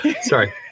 Sorry